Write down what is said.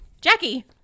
Jackie